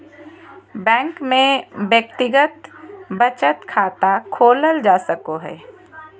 bank में व्यक्तिगत बचत खाता खोलल जा सको हइ